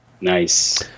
Nice